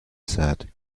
said